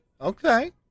Okay